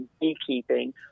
beekeeping